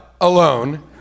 alone